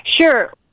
Sure